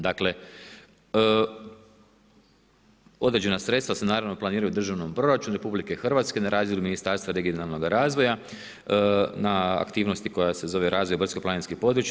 Dakle, određena sredstva se naravno planiraju u državnom proračunu RH na razdjelu Ministarstva regionalnoga razvoja, na aktivnosti koja se zove razvoj brdsko-planinskih područja.